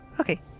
Okay